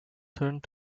turned